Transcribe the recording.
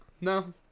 No